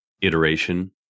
Iteration